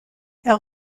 elle